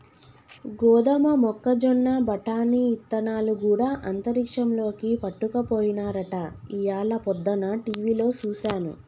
గోదమ మొక్కజొన్న బఠానీ ఇత్తనాలు గూడా అంతరిక్షంలోకి పట్టుకపోయినారట ఇయ్యాల పొద్దన టీవిలో సూసాను